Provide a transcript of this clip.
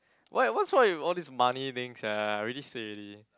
what what's with all this money thing sia I already say already